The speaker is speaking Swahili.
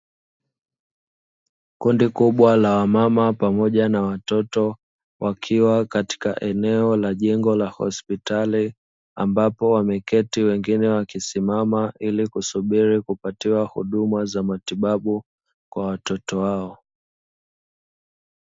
Kundi kubwa la wamama pamoja na watoto, wakiwa katika eneo la jengo la hospitali ambapo wameketi wengine wakisimama, ili kusubiri kupatiwa huduma za matibabu kwa watoto hao.